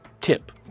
tip